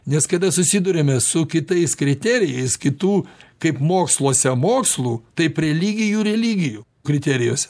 nes kada susiduriame su kitais kriterijais kitų kaip moksluose mokslų taip religijų religijų kriterijus